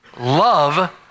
love